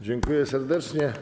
Dziękuję serdecznie.